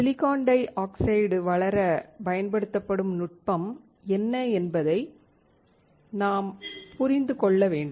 silicon dioxide வளர பயன்படுத்தப்படும் நுட்பம் என்ன என்பதை நாம் புரிந்து கொள்ள வேண்டும்